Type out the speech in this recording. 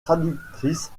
traductrice